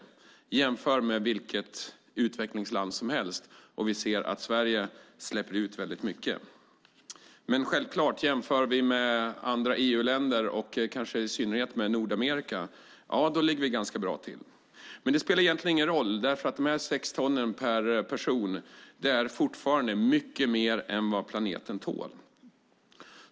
Om man jämför med vilket utvecklingsland som helst ser man att Sverige släpper ut väldigt mycket. Men jämför man med andra EU-länder och kanske i synnerhet med Nordamerika ligger vi ganska bra till. Det spelar egentligen ingen roll. Dessa sex ton per person är fortfarande mycket mer än vad planeten tål.